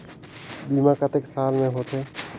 बीमा कतेक साल के होथे?